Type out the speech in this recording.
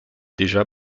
déjà